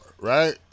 right